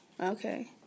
okay